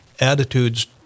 attitudes